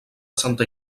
santa